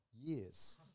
years